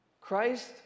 Christ